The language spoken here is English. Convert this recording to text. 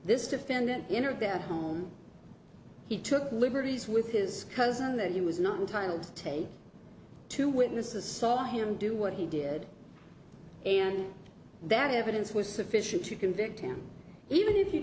this defendant enter that home he took liberties with his cousin that he was not entitled to take two witnesses saw him do what he did and that evidence was sufficient to convict him even if you